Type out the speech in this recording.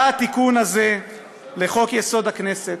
בא התיקון הזה לחוק-יסוד: הכנסת,